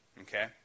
okay